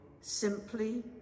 simply